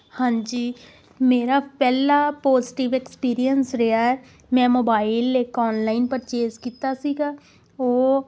ਹਾਂਜੀ ਮੇਰਾ ਪਹਿਲਾ ਪੋਜਟਿਵ ਐਕਸਪੀਰੀਅੰਸ ਰਿਹਾ ਮੈਂ ਮੋਬਾਈਲ ਇੱਕ ਔਨਲਾਈਨ ਪਰਚੇਜ਼ ਕੀਤਾ ਸੀਗਾ ਉਹ